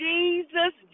Jesus